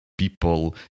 People